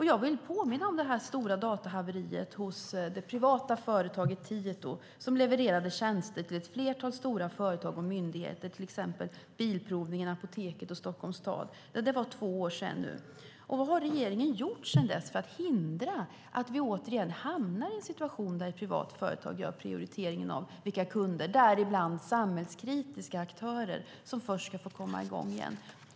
Jag vill påminna om det stora datorhaveriet hos det privata företaget Tieto, som levererade tjänster till ett flertal stora företag och myndigheter, till exempel Bilprovningen, Apoteket och Stockholms stad. Det var för två år sedan nu. Vad har regeringen gjort sedan dess för att hindra att vi återigen hamnar i en situation där ett privat företag gör prioriteringen av vilka kunder, däribland samhällskritiska aktörer, som först ska komma i gång igen?